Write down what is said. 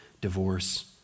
divorce